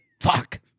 Fuck